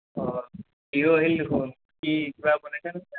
অঁ বিহু আহিল দেখোন কি কিবা বনাইছা নে নাই